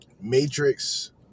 Matrix